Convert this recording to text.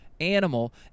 animal